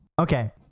Okay